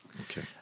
Okay